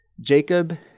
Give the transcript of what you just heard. Jacob